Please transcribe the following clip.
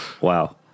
Wow